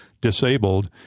disabled